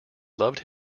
loved